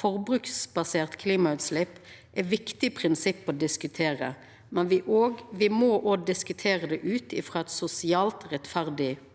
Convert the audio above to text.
Forbruksbaserte klimautslepp er eit viktig prinsipp å diskutera, men me må òg diskutera det ut frå eit sosialt rettferdig politisk